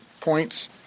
points